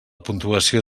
puntuació